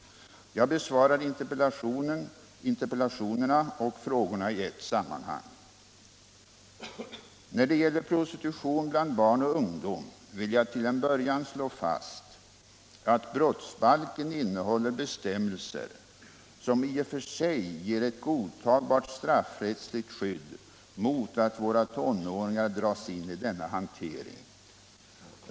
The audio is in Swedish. Jag besvarar interpellationerna och frågorna i ett sammanhang. När det gäller prostitution bland barn och ungdom vill jag till en början slå fast att brottsbalken innehåller bestämmelser, som i och för sig ger ett godtagbart straffrättsligt skydd mot att våra tonåringar dras in i denna hantering.